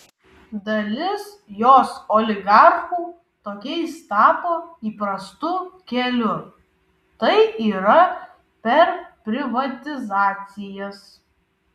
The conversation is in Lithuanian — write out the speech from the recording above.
dalis jos oligarchų tokiais tapo įprastu keliu tai yra per privatizacijas